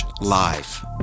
live